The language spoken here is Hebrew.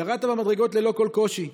ירדת במדרגות ללא כל קושי.